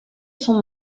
son